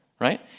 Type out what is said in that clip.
Right